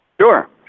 Sure